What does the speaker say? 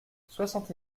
soixante